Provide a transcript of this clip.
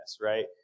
right